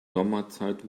sommerzeit